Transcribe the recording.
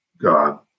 God